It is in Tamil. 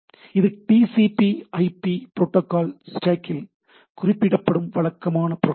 இது TCPIP ப்ரோட்டோக்கால் ஸ்டேக்கில் TCPIP protocol stack குறிப்பிடப்படும் வழக்கமான ப்ரோட்டோக்கால்